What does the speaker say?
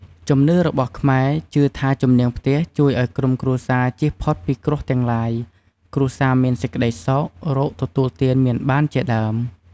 ជំនឿរបស់ខ្មែរជឿថាជំនាងផ្ទះជួយឲ្យក្រុមគ្រួសារជៀសផុតពីគ្រោះទាំងឡាយ គ្រួសារមានសេចក្ដីសុខ រកទទួលទានមានបានជាដើម។